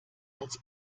als